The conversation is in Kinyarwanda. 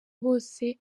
hose